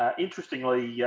ah interestingly yeah